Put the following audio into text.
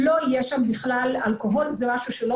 לא יהיה שם בכלל אלכוהול שזה משהו שלא